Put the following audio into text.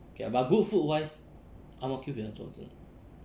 ya but good food wise ang mo kio 比较多间